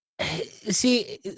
See